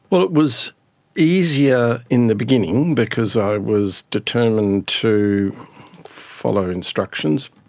but it was easier in the beginning because i was determined to follow instructions.